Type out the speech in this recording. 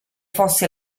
fosse